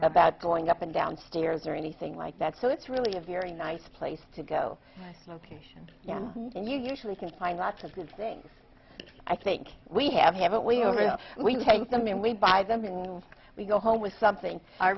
about going up and down stairs or anything like that so it's really a very nice place to go and a patient and you usually can find lots of good things i think we have haven't we over that we take them and we buy them and we go home with something i